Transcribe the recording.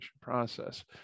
process